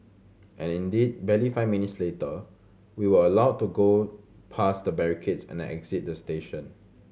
and indeed barely five minutes later we were allowed to go past the barricades and exit the station